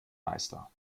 meister